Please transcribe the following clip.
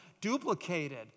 duplicated